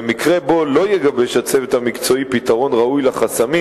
במקרה שלא יגבש הצוות המקצועי פתרון ראוי לחסמים,